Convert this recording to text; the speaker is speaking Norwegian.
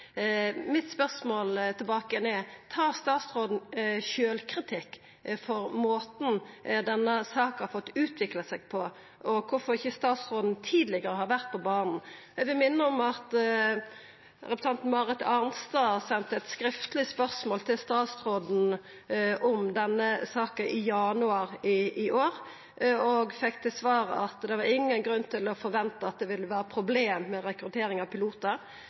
Mitt spørsmål tilbake igjen er: Tar statsråden sjølvkritikk for måten denne saka har fått utvikla seg på? Og kvifor har ikkje statsråden vore på banen tidlegare? Eg vil minna om at representanten Marit Arnstad sende eit skriftleg spørsmål til statsråden om denne saka i januar i år og fekk til svar at det var ingen grunn til å forventa at det ville vera problem med rekruttering av pilotar.